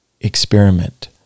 experiment